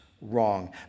wrong